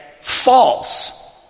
false